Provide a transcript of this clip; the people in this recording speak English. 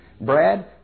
Brad